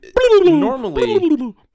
normally